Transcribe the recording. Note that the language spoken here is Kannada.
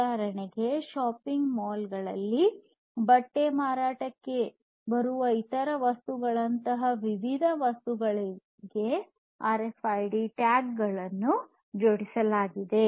ಉದಾಹರಣೆಗೆ ಶಾಪಿಂಗ್ ಮಾಲ್ ಗಳಲ್ಲಿ ಬಟ್ಟೆ ಮಾರಾಟಕ್ಕೆ ಬರುವ ಇತರ ವಸ್ತುಗಳಂತಹ ವಿವಿಧ ವಸ್ತುಗಳಿಗೆ ಆರ್ಎಫ್ಐಡಿ ಟ್ಯಾಗ್ಗಳನ್ನು ಜೋಡಿಸಲಾಗಿದೆ